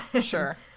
sure